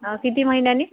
हां किती महिन्यानी